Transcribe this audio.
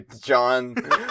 John